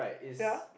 ya